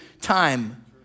time